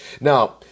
Now